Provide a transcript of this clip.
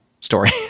story